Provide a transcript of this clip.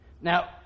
Now